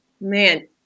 man